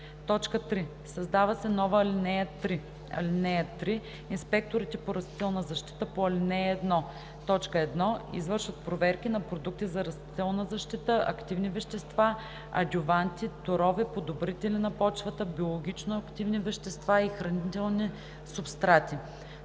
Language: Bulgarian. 3. Създава се нова ал. 3: „(3) Инспекторите по растителна защита по ал. 1: 1. извършват проверки на продукти за растителна защита, активни вещества, адюванти, торове, подобрители на почвата, биологично активни вещества и хранителни субстрати;